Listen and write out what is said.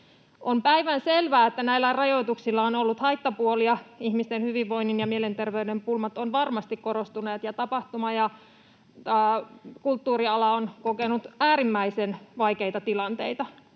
On päivänselvää, että näillä rajoituksilla on ollut haittapuolia. Ihmisten hyvinvoinnin ja mielenterveyden pulmat ovat varmasti korostuneet ja tapahtuma- ja kulttuuriala on kokenut äärimmäisen vaikeita tilanteita.